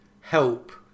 help